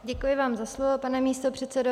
Děkuji vám za slovo, pane místopředsedo.